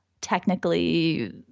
technically